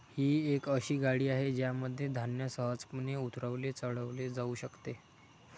ही एक अशी गाडी आहे ज्यामध्ये धान्य सहजपणे उतरवले चढवले जाऊ शकते